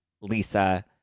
Lisa